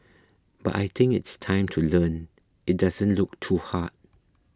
but I think it's time to learn it doesn't look too hard